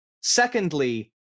secondly